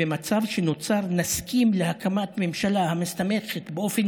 "במצב שנוצר נסכים להקמת ממשלה המסתמכת באופן